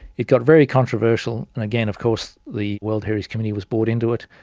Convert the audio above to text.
it got very controversial, and again of course the world heritage committee was brought into it.